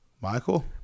Michael